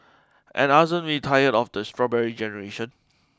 and aren't we tired of the strawberry generation